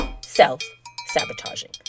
Self-sabotaging